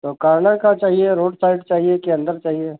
तो कार्नर का चाहिए रोड साइड चाहिए कि अन्दर चाहिए